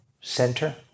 center